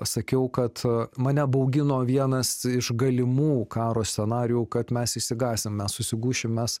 sakiau kad mane baugino vienas iš galimų karo scenarijų kad mes išsigąsime susigūšim mes